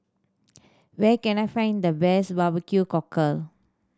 where can I find the best barbecue cockle